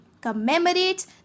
commemorates